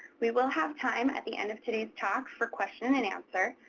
we will have time at the end of today's talk for question and answer,